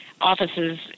offices